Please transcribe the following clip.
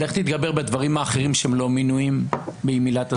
אבל איך תתגבר בדברים האחרים שהם לא מינויים מעילת הסבירות?